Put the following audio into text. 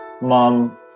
mom